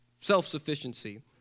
self-sufficiency